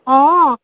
অঁ